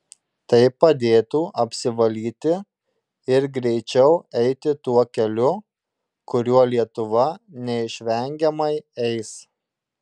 tai padėtų apsivalyti ir greičiau eiti tuo keliu kuriuo lietuva neišvengiamai eis